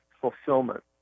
fulfillment